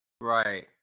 right